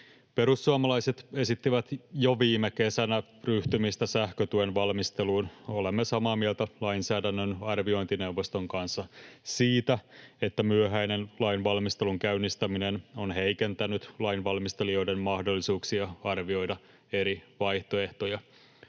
Perussuomalaiset esittivät jo viime kesänä ryhtymistä sähkötuen valmisteluun. Olemme samaa mieltä lainsäädännön arviointineuvoston kanssa siitä, että myöhäinen lainvalmistelun käynnistäminen on heikentänyt lainvalmistelijoiden mahdollisuuksia arvioida eri vaihtoehtoja.